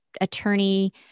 attorney